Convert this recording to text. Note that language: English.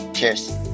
Cheers